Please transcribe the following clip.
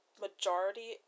majority